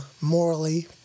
morally